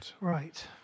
right